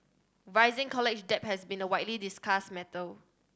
rising college debt has been a widely discussed matter